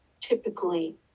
typically